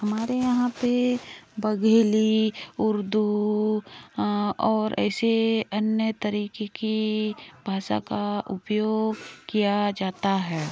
हमारे यहाँ पे बघेली उर्दू और ऐसे अन्य तरीके की भाषा का उपयोग किया जाता है